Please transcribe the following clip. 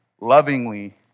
lovingly